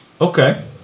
Okay